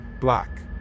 black